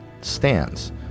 stands